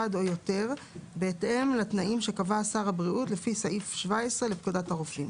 או יותר בהתאם לתנאים שקבע שר הבריאות לפי סעיף 17 לפקודת הרופאים.